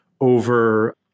over